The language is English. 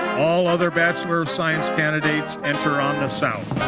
all other bachelor of science candidates enter on the south.